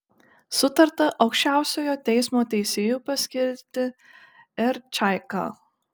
sutarta aukščiausiojo teismo teisėju paskirti r čaiką